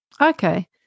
Okay